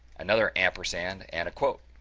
another ampersand, and a quote,